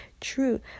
true